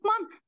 mom